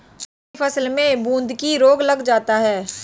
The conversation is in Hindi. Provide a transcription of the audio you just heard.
मूंग की फसल में बूंदकी रोग लग जाता है